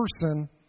person